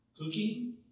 cooking